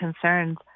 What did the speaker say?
concerns